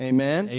Amen